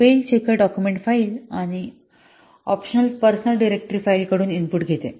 spell checker document file आणि optional personal directory file कडून input घेते